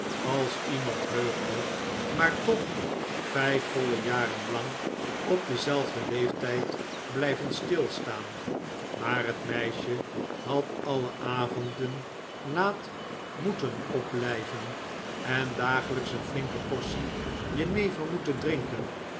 als iemand heugde maar toch vijf voile jaren lang op denzelfden leeftijd blijven stilstaan maar het meisje had alle avonden laat moeten opblijven en dagelijks een flinke portie jenever moeten drinken